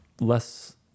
less